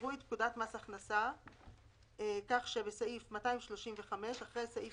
יקראו את פקודת מס הכנסה כך שבסעיף 235,אחרי סעיף